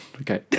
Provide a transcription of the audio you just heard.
Okay